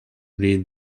read